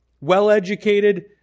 well-educated